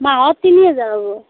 মাহত তিনি হাজাৰ হ'ব